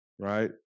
right